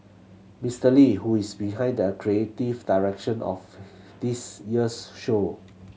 Mister Lee who is behind that creative direction of this year's show